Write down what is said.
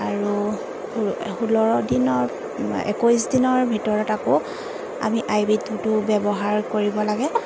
আৰু ষোল্ল দিনৰ একৈছ দিনৰ ভিতৰত আকৌ আমি আই বি টু টো ব্যৱহাৰ কৰিব লাগে